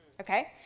Okay